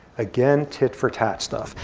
again, tit for tat stuff.